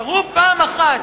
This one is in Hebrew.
תראו פעם אחת,